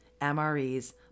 MREs